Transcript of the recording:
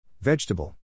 Vegetable